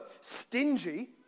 stingy